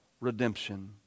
redemption